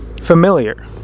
familiar